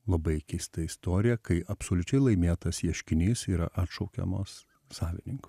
labai keista istorija kai absoliučiai laimėtas ieškinys yra atšaukiamos savininkų